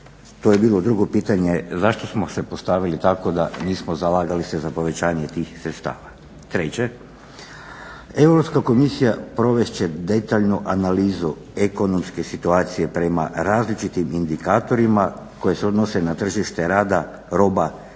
to je bilo drugo pitanje zašto smo se postavili tako da nismo zalagali se za povećanje tih sredstava. Treće, Europska komisija provest će detaljnu analizu ekonomske situacije prema različitim indikatorima koji se odnose na tržište rada, roba,